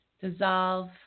dissolve